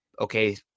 okay